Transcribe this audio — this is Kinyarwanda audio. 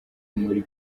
muri